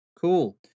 Cool